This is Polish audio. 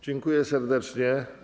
Dziękuję serdecznie.